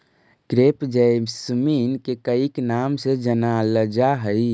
crepe jasmine के कईक नाम से जानलजा हइ